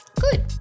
Good